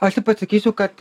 aš tai pasakysiu kad